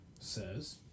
says